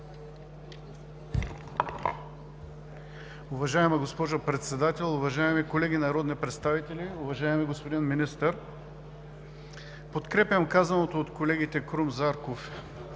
Уважаема госпожо Председател, уважаеми колеги народни представители, уважаеми господин Министър! Подкрепям казаното от колегите Крум Зарков